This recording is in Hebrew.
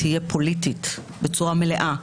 תהיה פוליטית בצורה מלאה.